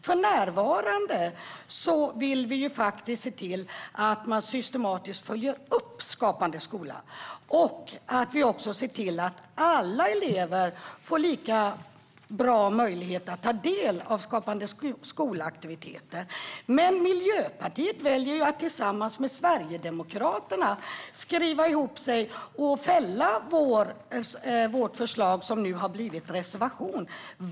För närvarande vill vi faktiskt se till att man systematiskt följer upp Skapande skola och att alla elever får lika bra möjligheter att ta del av Skapande skola-aktiviteter. Men Miljöpartiet väljer att skriva ihop sig med Sverigedemokraterna och fälla vårt förslag som nu har blivit en reservation.